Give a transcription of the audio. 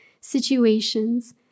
situations